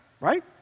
right